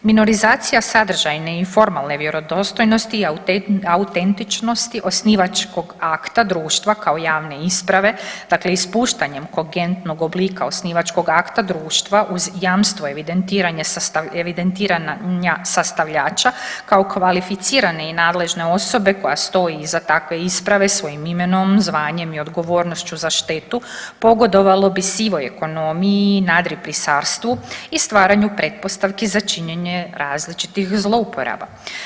Minorizacija sadržajne i formalne vjerodostojnosti i autentičnosti osnivačkog akta društva kao javne isprave, dakle ispuštanjem kogentnog oblika osnivačkog akta društva uz jamstvo evidentiranja sastavljača kao kvalificirane i nadležne osobe koja stoji iza takve isprave svojim imenom, zvanjem i odgovornošću za štetu pogodovalo bi sivoj ekonomiji i nadripisarstvu i stvaranju pretpostavki za činjenje različitih zlouporaba.